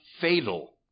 fatal